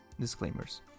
disclaimers